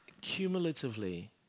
cumulatively